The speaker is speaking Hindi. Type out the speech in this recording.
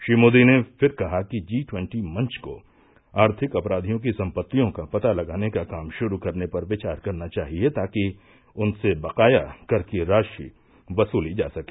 श्री मोदी ने फिर कहा कि जी ट्वन्टी मंच को आर्थिक अपराधियों की संपत्तियों का पता लगाने का काम शुरू करने पर विचार करना चाहिए ताकि उनसे बकाया कर की राशि यसली जा सके